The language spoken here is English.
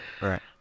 right